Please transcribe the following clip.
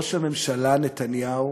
ראש הממשלה נתניהו